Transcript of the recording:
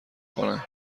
کنه